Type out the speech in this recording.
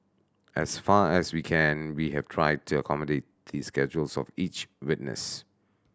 as far as we can we have tried to accommodate the schedules of each witness